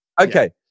okay